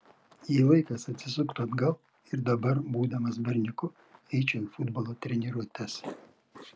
jei laikas atsisuktų atgal ir dabar būdamas berniuku eičiau į futbolo treniruotes